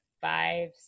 five